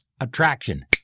attraction